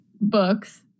books